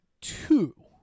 two